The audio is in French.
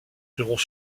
seront